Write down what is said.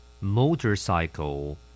Motorcycle